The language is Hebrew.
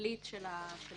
בתכלית של החוק